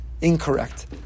incorrect